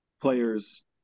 players